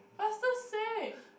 faster say